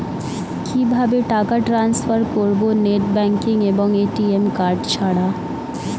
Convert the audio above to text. কিভাবে টাকা টান্সফার করব নেট ব্যাংকিং এবং এ.টি.এম কার্ড ছাড়া?